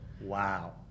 Wow